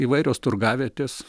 įvairios turgavietės